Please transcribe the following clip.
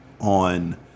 on